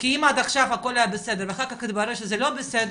כי אם עד עכשיו הכל היה בסדר ואחר כך מתברר שזה לא בסדר,